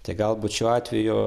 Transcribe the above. tai galbūt šiuo atveju